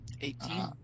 Eighteen